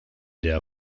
der